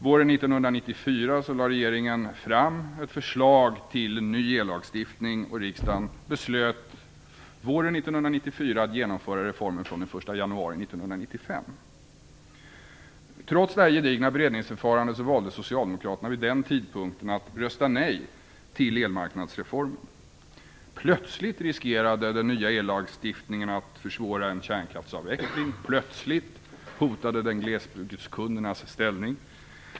Våren 1994 lade regeringen fram ett förslag till en ny ellagstiftning, och riksdagen beslöt våren 1994 att genomföra reformen från den 1 Trots det här gedigna beredningsförfarandet valde Socialdemokraterna vid den tidpunkten att rösta nej till elmarknadsreformen. Plötsligt riskerade den nya ellagstiftningen att försvåra en kärnkraftsavveckling. Plötsligt hotade den glesbygdskundernas ställning.